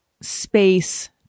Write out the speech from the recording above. space